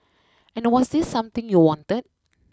and was this something you wanted